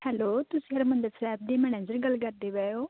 hello ਤੁਸੀਂ ਹਰਿਮੰਦਰ ਸਾਹਿਬ ਦੇ manager ਗੱਲ ਕਰਦੇ ਪਏ ਹੋ